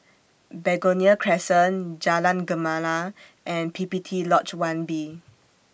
Begonia Crescent Jalan Gemala and P P T Lodge one B